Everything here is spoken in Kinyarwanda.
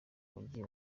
mujyi